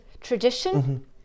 tradition